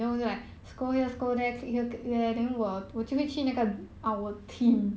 mm mm